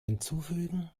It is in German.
hinzufügen